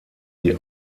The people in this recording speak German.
die